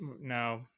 no